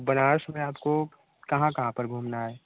बनारस में आपको कहाँ कहाँ पर घूमना है